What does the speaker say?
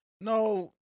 no